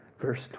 verse